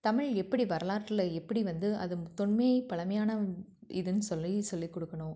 தமிழ் எப்படி வரலாற்றியில் எப்படி வந்து அது தொன்மை பழமையான இதுன்னு சொல்லி சொல்லிக் கொடுக்கணும்